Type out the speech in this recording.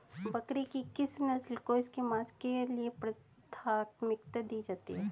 बकरी की किस नस्ल को इसके मांस के लिए प्राथमिकता दी जाती है?